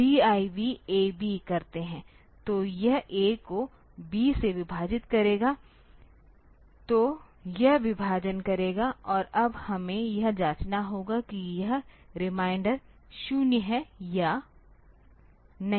तो यह A को B से विभाजित करेगा तो यह विभाजन करेगा और अब हमें यह जांचना होगा कि यह रिमाइंडर 0 है या नहीं